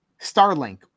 Starlink